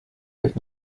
euch